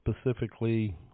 specifically